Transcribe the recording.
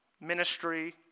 Ministry